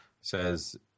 says –